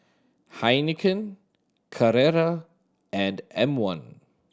Heinekein Carrera and M One